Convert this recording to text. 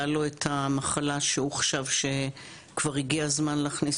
היה לו את המחלה שהוא חשב שכבר הגיע הזמן להכניס